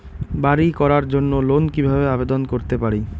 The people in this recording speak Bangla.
বাড়ি করার জন্য লোন কিভাবে আবেদন করতে পারি?